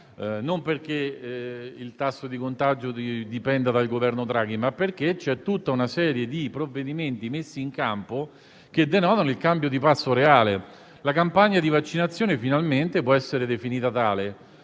non perché il tasso di contagio dipenda dal Governo Draghi, ma perché c'è tutta una serie di provvedimenti messi in campo che denotano un cambio di passo reale. La campagna di vaccinazione finalmente può essere definita tale.